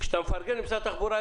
כשאתה מפרגן למשרד התחבורה,